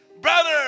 Brother